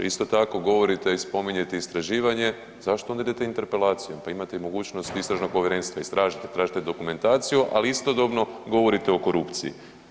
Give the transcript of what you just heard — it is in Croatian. Isto tako govorite i spominjete istraživanje, zašto onda idete interpelacijom, pa imate i mogućnost istražnog povjerenstva, istražite, tražite dokumentaciju, ali istodobno govorite o korupciji.